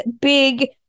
big